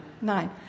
nine